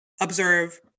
observe